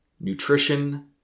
nutrition